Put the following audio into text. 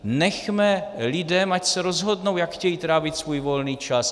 Nechme lidem, ať se rozhodnou, jak chtějí trávit svůj volný čas.